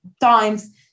times